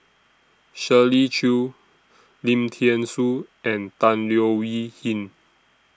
Shirley Chew Lim Thean Soo and Tan Leo Wee Hin